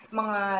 mga